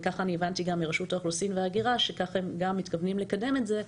והבנתי גם מרשות האוכלוסין וההגירה שכך הם גם מתכוונים לקדם את זה,